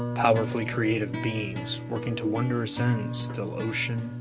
powerfully creative beings working to wondrous ends fill ocean,